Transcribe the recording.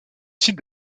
site